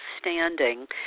standing